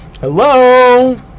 Hello